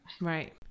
right